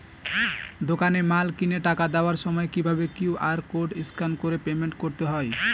দোকানে মাল কিনে টাকা দেওয়ার সময় কিভাবে কিউ.আর কোড স্ক্যান করে পেমেন্ট করতে হয়?